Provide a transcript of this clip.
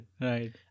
Right